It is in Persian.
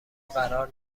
قرار